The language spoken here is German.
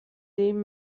dem